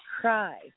cry